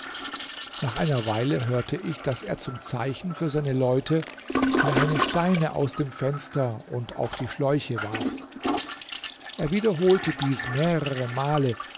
nach einer weile hörte ich daß er zum zeichen für seine leute kleine steine aus dem fenster und auf die schläuche warf er wiederholte dies mehrere male